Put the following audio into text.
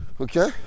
okay